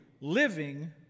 living